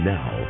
Now